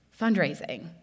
fundraising